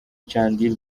chandiru